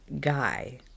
guy